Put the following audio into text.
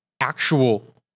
actual